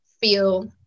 feel